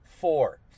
Four